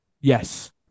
Yes